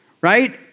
right